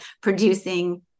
producing